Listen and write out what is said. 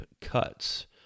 cuts